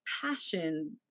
passion